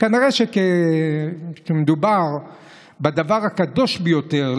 כנראה שכשמדובר בדבר הקדוש ביותר,